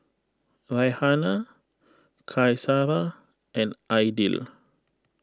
Raihana Qaisara and Aidil